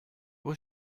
was